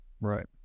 Right